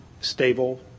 stable